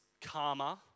karma